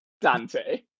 Dante